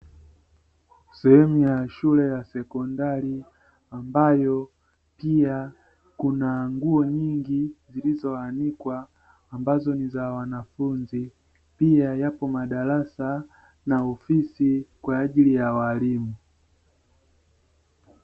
Sehemu ya shule ya sekondari, ambayo pia, kuna nguo nyingi zilizoanikwa ambazo ni za wanafunzi, pia yapo madarasa na ofisi kwa ajili ya walimu.